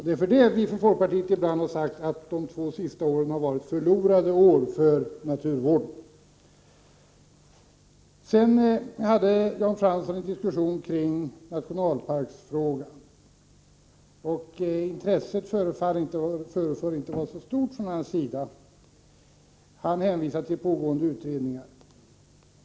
Det är för den skull som vi från folkpartiet ibland säger att de två senaste åren har varit förlorade år för naturvårdens vidkommande. Jan Fransson berörde också frågan om nationalparkerna. Hans intresse för den frågan föreföll inte vara särskilt stort. Han hänvisade bara till pågående utredningar.